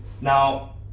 Now